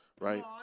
Right